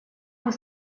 was